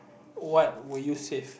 what would you save